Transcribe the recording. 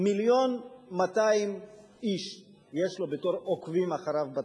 יש לו 1.2 מיליון איש שעוקבים אחריו ב"טוויטר".